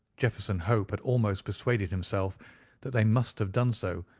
jefferson hope had almost persuaded himself that they must have done so,